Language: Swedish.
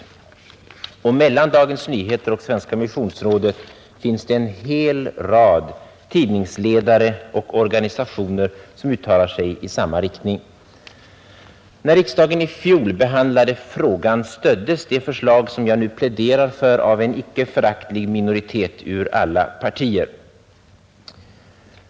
Mellan Dagens Nyheter och Svenska ekumeniska nämnden finns det en hel rad tidningsledare och organisationer som uttalar sig i samma riktning. När riksdagen i fjol behandlade frågan stöddes det förslag jag nu pläderar för av en icke föraktlig minoritet ur alla partier.